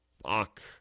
fuck